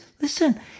listen